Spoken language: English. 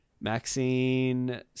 maxine